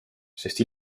sest